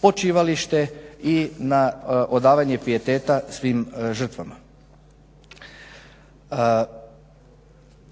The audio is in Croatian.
počivalište i na odavanje pijeteta svim žrtvama.